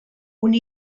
una